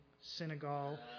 Senegal